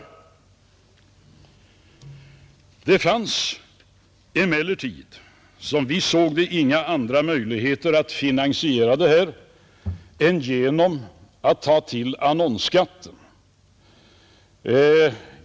Det fanns emellertid, som vi såg det, inga andra möjligheter att finansiera presstödet än genom annonsskatten.